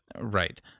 Right